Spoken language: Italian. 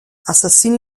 assassino